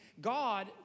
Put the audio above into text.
God